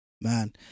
Man